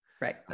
Right